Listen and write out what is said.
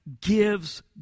gives